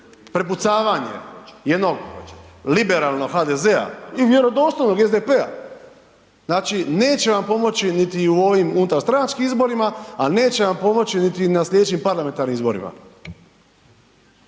prepucavanje jednog liberalnog HDZ-a i vjerodostojnog SDP-a, znači, neće vam pomoći niti u ovim unutar stranačkim izborima, a neće vam pomoći niti na sljedećim parlamentarnim izborima.